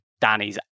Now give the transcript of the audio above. Danny's